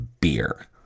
beer